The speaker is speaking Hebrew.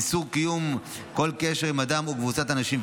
איסור קיום כל קשר עם אדם או קבוצת אנשים,